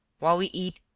while we eat,